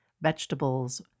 vegetables